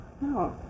No